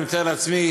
אני מתאר לעצמי,